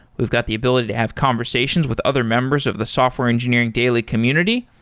we've got the ability to have conversations with other members of the software engineering daily community,